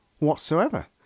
whatsoever